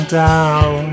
down